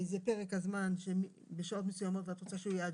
זה פרק הזמן בשעות מסוימות ואת רוצה שהוא יהיה עד